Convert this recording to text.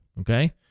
Okay